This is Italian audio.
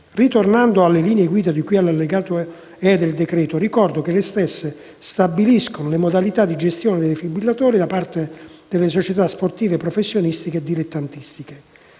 Ritornando alle linee guida di cui all'allegato E del decreto, ricordo che le stesse stabiliscono le modalità di gestione dei defibrillatori da parte delle società sportive professionistiche e dilettantistiche.